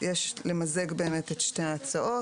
יש למזג את שתי ההצעות.